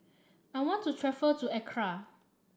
I want to to Accra